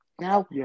Now